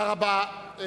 תודה רבה.